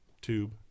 tube